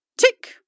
Tick